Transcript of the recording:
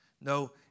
No